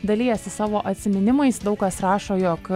dalijasi savo atsiminimais daug kas rašo jog